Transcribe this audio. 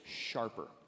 sharper